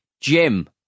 Jim